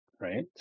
right